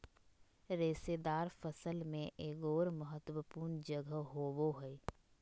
रेशेदार फसल में एगोर महत्वपूर्ण जगह होबो हइ